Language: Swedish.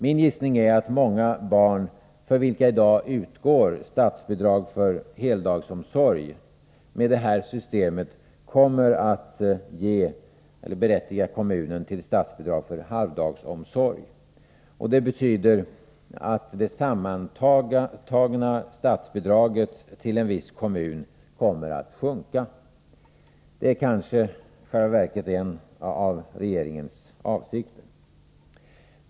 Min gissning är att många barn, för vilka i dag utgår statsbidrag för heldagsomsorg, med det här systemet endast kommer att berättiga kommunen till statsbidrag för halvdagsomsorg. Det betyder att det sammanlagda statsbidraget till en viss kommun kommer att sjunka. Detta kanske i själva verket är en av regeringens avsikter.